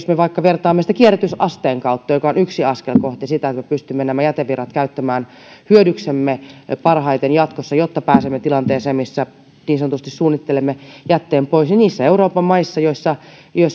me vaikka vertaamme sitä kierrätysasteen kautta mikä on yksi askel kohti sitä että me pystymme nämä jätevirrat käyttämään hyödyksemme parhaiten jatkossa jotta pääsemme tilanteeseen missä niin sanotusti suunnittelemme jätteen pois että niissä euroopan maissa joissa